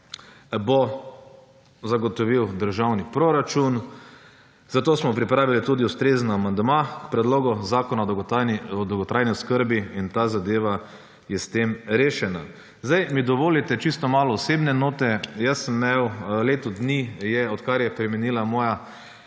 bo zagotovil državni proračun, zato smo pripravili tudi ustrezen amandma k predlogu zakona o dolgotrajni oskrbi, in ta zadeva je s tem rešena. Zdaj mi dovolite čisto malo osebne note. Jaz sem imel, leto dni je, odkar je preminila moja